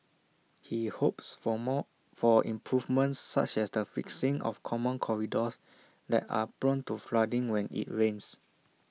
he hopes for more for improvements such as the fixing of common corridors that are prone to flooding when IT rains